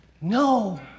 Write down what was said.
No